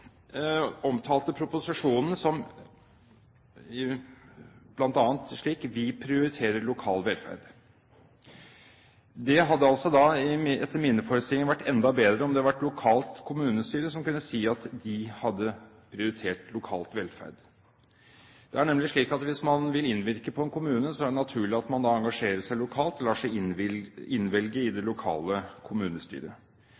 omtalte proposisjonen bl.a. slik: Vi prioriterer lokal velferd. Det hadde etter mine forestillinger vært enda bedre om det hadde vært et lokalt kommunestyre som kunne si at det hadde prioritert lokal velferd. Det er nemlig slik at hvis man vil innvirke på en kommune, er det naturlig at man engasjerer seg lokalt, og lar seg innvelge i